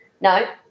No